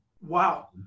Wow